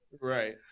right